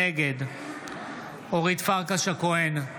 נגד אורית פרקש הכהן,